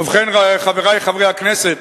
ובכן, חברי חברי הכנסת,